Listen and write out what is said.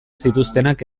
zituztenak